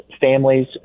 families